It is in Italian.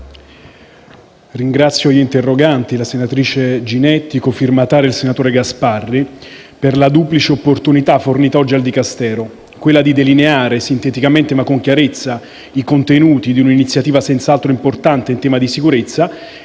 ringrazio gli interroganti, la senatrice Ginetti e il senatore Gasparri, per la duplice opportunità fornita oggi al Dicastero, quella di delineare sinteticamente, ma con chiarezza i contenuti di un'iniziativa senz'altro importante in tema di sicurezza